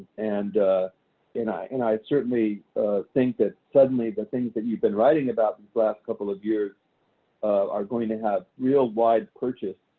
and and i and i certainly think that suddenly, the things that you've been writing about these last couple of years are going to have real wide purchase